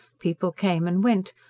people came and went,